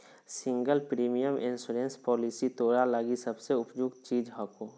single premium insurance policy तोरा लगी सबसे उपयुक्त चीज हको